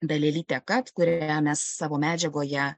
dalelytę kad kurią mes savo medžiagoje